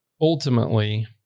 ultimately